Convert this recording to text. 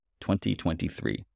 2023